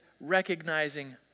recognizing